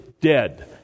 dead